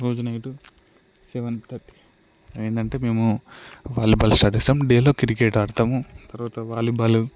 రోజు night seven thirty అయ్యిందంటే మేము వాలీబాల్ స్టార్ట్ చేస్తాం డేలో క్రికెట్ ఆడతాము తర్వాత వాలీబాల్